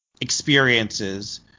experiences